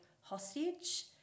hostage